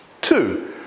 Two